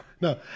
No